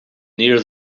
near